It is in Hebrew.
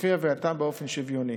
לפי הבנתם, באופן שוויוני.